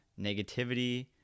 negativity